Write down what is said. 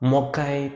Mokai